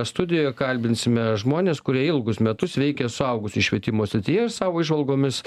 studijoje kalbinsime žmones kurie ilgus metus veikia suaugusiųjų švietimo srityje ir savo įžvalgomis